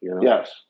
yes